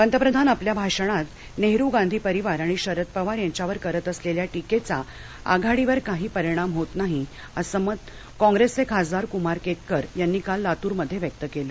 पंतप्रधान आपल्या भाषणात नेहरु गांधी परिवार आणि शरद पवार यांच्यावर करत असलेल्या टीकेचा आघाडीवर काही परिणाम होत नाही असं मत कॉंग्रेसचे खासदार कुमार केतकर यांनी काल लातूरमध्ये व्यक्त केल